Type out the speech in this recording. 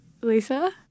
Lisa